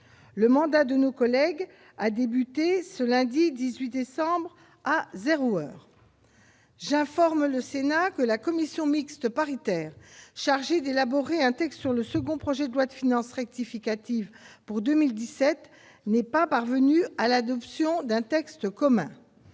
Le mandat de nos collègues a débuté ce lundi 18 décembre à zéro heure. J'informe le Sénat que la commission mixte paritaire chargée d'élaborer un texte sur le second projet de loi de finances rectificative pour 2017 n'est pas parvenue à l'adoption d'un texte commun.